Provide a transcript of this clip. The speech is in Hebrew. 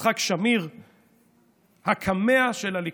"הקמע של הליכוד".